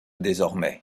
désormais